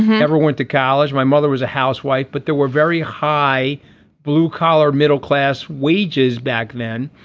never went to college. my mother was a housewife but there were very high blue collar middle class wages back then.